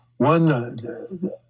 One